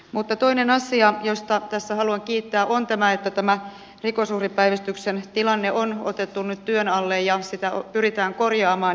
mutta toinen asia siitä haluan tässä kiittää on se että tämä rikosuhripäivystyksen tilanne on otettu nyt työn alle ja sitä pyritään korjaamaan